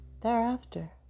thereafter